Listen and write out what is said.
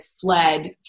fled